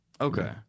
Okay